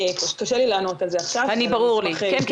קשה לי לענות על זה עכשיו אבל אני אשמח לשמוע